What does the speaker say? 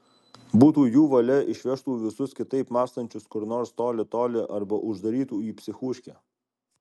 būtų jų valia išvežtų visus kitaip mąstančius kur nors toli toli arba uždarytų į psichūškę